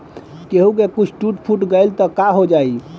केहू के कुछ टूट फुट गईल त काहो जाई